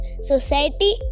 society